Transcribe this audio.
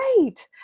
great